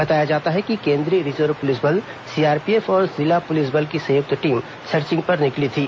बताया जाता है कि केंद्रीय रिजर्व पुलिस बल सीआरपीएफ और जिला पुलिस बल की संयुक्त टीम सर्चिंग पर निकली थी